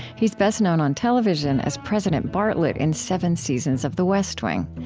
he's best known on television as president bartlet in seven seasons of the west wing.